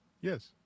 Yes